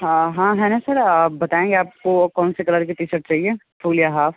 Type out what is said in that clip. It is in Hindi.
हाँ हाँ है ना सर आप बताएंगे आपको कौन से कलर की टी शर्ट चाहिए फुल या हाफ